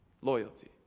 Loyalty